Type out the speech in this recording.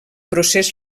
procés